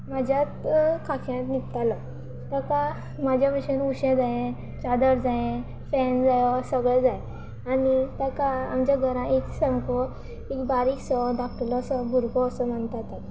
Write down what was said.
म्हज्यात खाख्यांत न्हिदतालो ताका म्हाज्या भशेन उशे जाये चादर जाये फेन जायो सगळें जाय आनी ताका आमच्या घरां एक सामको एक बारीकसो धाकटलो असो भुरगो असो मानतात आमी